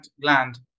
gland